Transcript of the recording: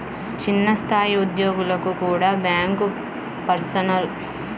చిన్న స్థాయి ఉద్యోగులకు కూడా బ్యేంకులు పర్సనల్ లోన్లను తక్కువ వడ్డీ రేట్లకే అందిత్తన్నాయి